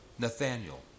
Nathaniel